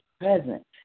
present